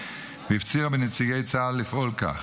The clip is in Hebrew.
והפצירה בנציגי צה"ל לפעול לכך.